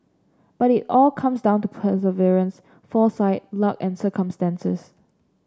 but it all comes down to perseverance foresight luck and circumstances